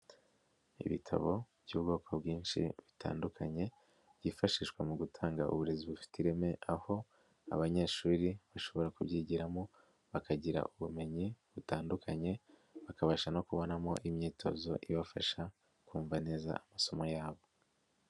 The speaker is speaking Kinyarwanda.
Ibitabo by'ubwoko bwinshi bitandukanye byifashishwa mu gutanga uburezi bufite ireme aho abanyeshuri bashobora kubyigiramo bakagira ubumenyi butandukanye bakabasha no kubonamo imyitozo ibafasha kumva neza amasomo yabo.